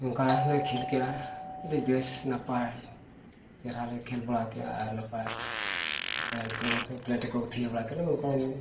ᱱᱚᱝᱠᱟ ᱞᱮ ᱠᱷᱮᱞ ᱠᱮᱜᱼᱟ ᱟᱹᱰᱤ ᱵᱮᱥ ᱱᱟᱯᱟᱭ ᱪᱮᱦᱨᱟ ᱞᱮ ᱠᱷᱮᱞ ᱵᱟᱲᱟ ᱠᱮᱜᱼᱟ ᱟᱨ ᱱᱟᱯᱟᱭ ᱱᱟᱯᱟᱭ ᱩᱱᱠᱩ ᱫᱚ ᱯᱞᱮᱱᱴᱤ ᱠᱚᱠᱚ ᱛᱷᱤᱭᱟᱹ ᱵᱟᱲᱟ ᱠᱮᱜᱼᱟ ᱩᱱᱠᱩ